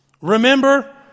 Remember